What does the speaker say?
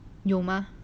有吗